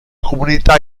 comunità